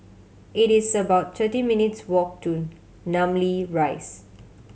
it is about thirty minutes' walk to Namly Rise